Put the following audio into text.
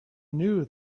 knew